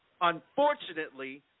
Unfortunately